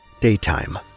daytime